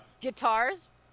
Guitars